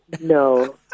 No